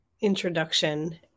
introduction